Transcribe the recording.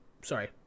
Sorry